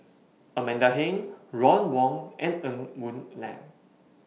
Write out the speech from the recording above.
Amanda Heng Ron Wong and Ng Woon Lam